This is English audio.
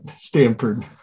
Stanford